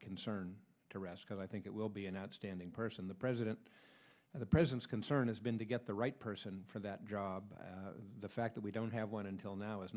concern to rest because i think it will be an outstanding person the president and the president's concern has been to get the right person for that job the fact that we don't have one until now is